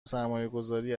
سرمایهگذاری